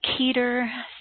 Keter